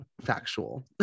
factual